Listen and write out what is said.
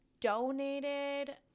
donated